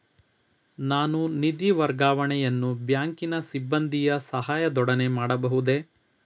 ನಾನು ನಿಧಿ ವರ್ಗಾವಣೆಯನ್ನು ಬ್ಯಾಂಕಿನ ಸಿಬ್ಬಂದಿಯ ಸಹಾಯದೊಡನೆ ಮಾಡಬಹುದೇ?